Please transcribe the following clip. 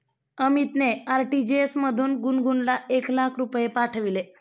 अमितने आर.टी.जी.एस मधून गुणगुनला एक लाख रुपये पाठविले